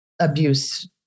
abuse